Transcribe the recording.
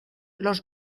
los